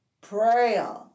prayer